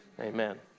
Amen